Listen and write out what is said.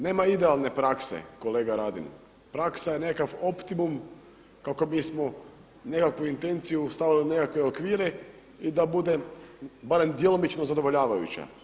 Nema idealne prakse kolega Radin, praksa je nekakav optimum kako bismo nekakvu intenciju stavili u nekakve okvire i da bude barem djelomično zadovoljavajuća.